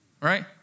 Right